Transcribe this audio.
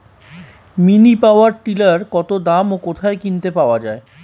Mini power tiller কত দাম ও কোথায় কিনতে পাওয়া যায়?